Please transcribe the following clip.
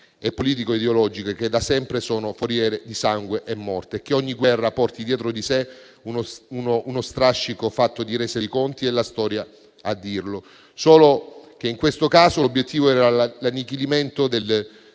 e politico-ideologiche che da sempre sono foriere di sangue e morte. Che ogni guerra porti dietro di sé uno strascico fatto di rese dei conti è la storia a dirlo: solo che in questo caso l'obiettivo era l'annichilimento del